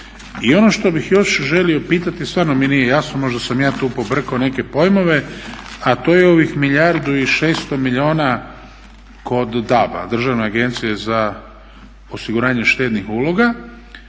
I ono što bih još želio pitati, stvarno mi nije jasno, možda sam ja tu pobrkao neke pojmove, a to je ovih milijardu i 600 milijuna kod DAB-a (Državne agencije za osiguranje štednih uloga).